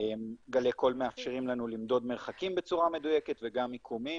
גלי קול מאפשרים לנו למדוד מרחקים בצורה מדויקת וגם מיקומים.